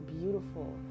beautiful